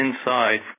inside